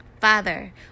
Father